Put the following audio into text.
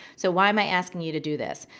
so why am i asking you to do this?